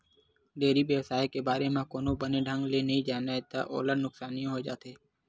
dairy बेवसाय के बारे म कोनो बने ढंग ले नइ जानय त ओला नुकसानी होइ जाथे